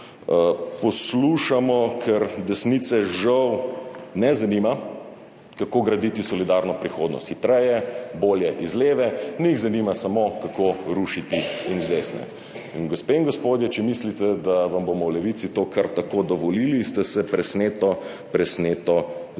poslušamo, ker desnice žal ne zanima, kako graditi solidarno prihodnost hitreje, bolje z leve, njih zanima samo kako rušiti z desne. Gospe in gospodje, če mislite, da vam bomo v Levici to kar tako dovolili, ste se presneto zmotili.